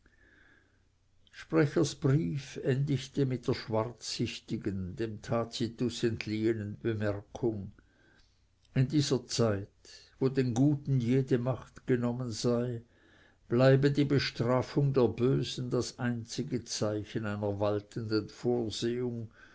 sprechers brief endigte mit der schwarzsichtigen dem tacitus entliehenen bemerkung in dieser zeit wo den guten jede macht genommen sei bleibe die bestrafung der bösen das einzige zeichen einer waltenden vorsehung